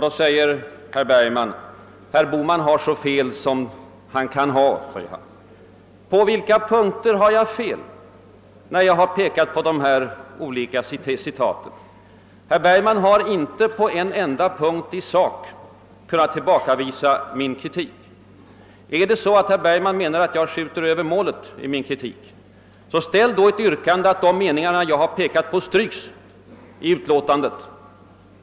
Då säger herr Bergman att jag »har så fel som jag kan ha». På vilka punkter har jag fel när jag hänvisar till de olika citaten? Herr Bergman har inte på en enda punkt i sak tillbakavisat min kritik. Är det så att herr Bergman menar att jag skjuter över målet i min kritik, så ställ då ett yrkande om att de meningar jag har pekat på stryks i utlåtandet!